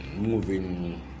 Moving